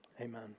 amen